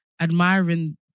admiring